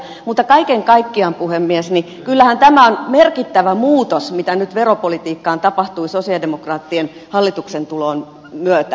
mutta kaiken kaikkiaan puhemies kyllähän tämä on merkittävä muutos mitä nyt veropolitiikassa tapahtui sosialidemokraattien hallitukseen tulon myötä